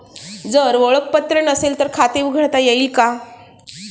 जर ओळखपत्र नसेल तर खाते उघडता येईल का?